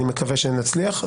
ואני מקווה שנצליח.